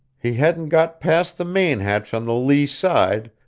he hadn't got past the main-hatch on the lee side,